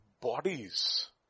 bodies